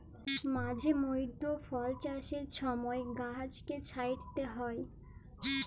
মাঝে মইধ্যে ফল চাষের ছময় গাহাচকে ছাঁইটতে হ্যয়